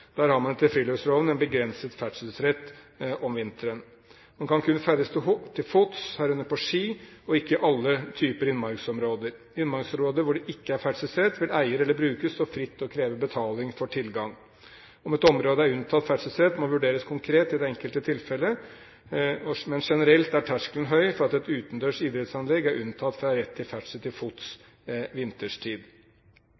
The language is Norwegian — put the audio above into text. Der har man etter friluftsloven en begrenset ferdselsrett om vinteren. Man kan kun ferdes til fots, herunder på ski, og ikke i alle typer innmarksområder. I innmarksområder hvor det ikke er ferdselsrett, vil eier stå fritt til å kreve betaling for tilgang. Om et område er unntatt ferdselsrett, må vurderes konkret i det enkelte tilfellet, men generelt er terskelen høy for at et utendørs idrettsanlegg er unntatt fra rett til ferdsel til fots